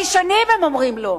כי שנים הם אומרים לא.